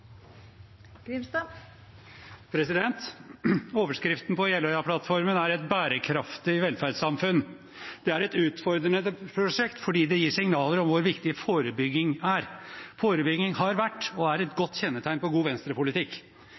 velferdssamfunn». Det er et utfordrende prosjekt fordi det gir signaler om hvor viktig forebygging er. Forebygging har vært og er et godt kjennetegn på god